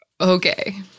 Okay